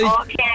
Okay